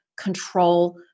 control